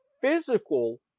physical